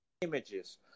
images